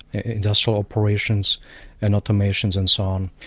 industrial operations and automations and so on.